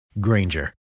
Granger